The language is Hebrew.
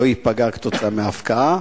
לא ייפגע כתוצאה מההפקעה?